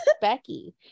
Becky